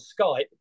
Skype